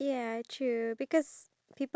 impressive